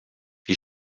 wie